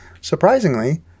surprisingly